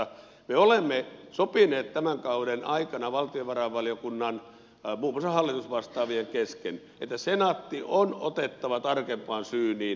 me olemme sopineet tämän kauden aikana valtiovarainvaliokunnan muun muassa hallitusvastaavien kesken että senaatti on otettava tarkempaan syyniin